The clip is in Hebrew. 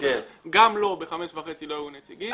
לו ב-17:30 לא היו נציגים.